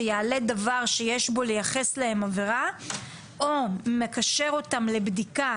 שיעלה דבר שיש בו לייחס להם עבירה או מקשר אותם לבדיקה,